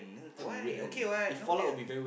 why okay what not weird